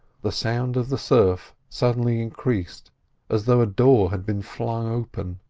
the sound of the surf suddenly increased as though a door had been flung open.